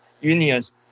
unions